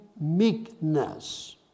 meekness